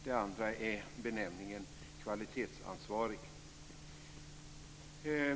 Det andra är benämningen kvalitetsansvarig.